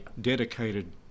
dedicated